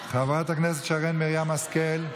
חברת הכנסת שרן מרים השכל,